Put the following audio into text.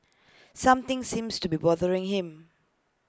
something seems to be bothering him